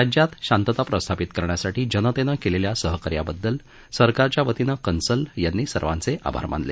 राज्यात शांतता प्रस्थापित करण्यासाठी जनतेनं केलेल्या सहकार्याबद्दल सरकारच्या वतीनं कन्सल यांनी सर्वाचे आभार मानले